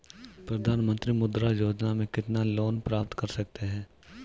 प्रधानमंत्री मुद्रा योजना में कितना लोंन प्राप्त कर सकते हैं?